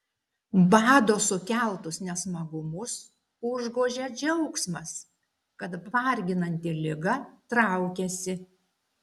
bado sukeltus nesmagumus užgožia džiaugsmas kad varginanti liga traukiasi